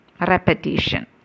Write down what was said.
Repetition